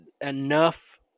enough